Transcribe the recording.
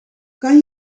kan